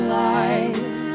life